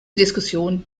diskussion